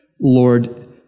Lord